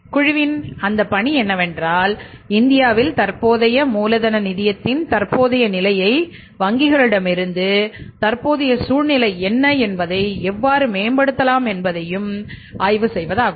குழுவின் அந்த பணி என்னவென்றால் இந்தியாவில் தற்போதைய மூலதன நிதியத்தின் தற்போதைய நிலையை வங்கிகளிடமிருந்து தற்போதைய சூழ்நிலை என்ன அதை எவ்வாறு மேம்படுத்தலாம் என்பதை ஆய்வு செய்வதாகும்